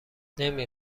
نمی